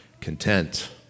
content